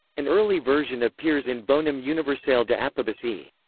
an early version appears in bonum universale de apibus ii.